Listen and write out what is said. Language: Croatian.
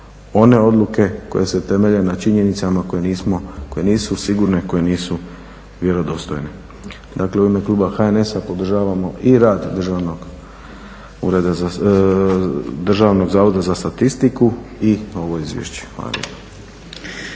one odluke koje se temelje na činjenicama koje nisu sigurne, koje nisu vjerodostojne. Dakle u ime kluba HNS-a i rad DSZ-a i ovo izvješće.